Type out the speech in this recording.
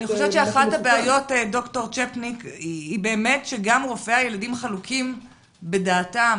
אחת הבעיות היא שגם רופאי הילדים חלוקים בדעתם.